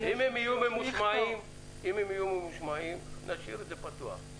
יהיו ממושמעים, נשאיר את זה פתוח.